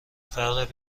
فرق